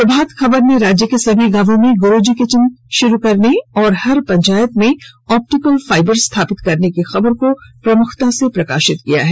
प्रभात खबर ने राज्य के सभी गांवों में गुरूजी किचन शुरू करने और हर पंचायतों में ऑप्टिकल फाइबर स्थापित करने की खबर को प्रमुखता से प्रकाशित किया है